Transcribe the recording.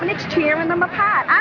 and it's tearing them apart. i'm